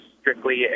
strictly